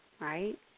right